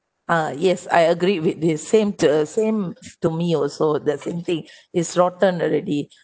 ah yes I agree with this same to uh same to me also that same thing is rotten already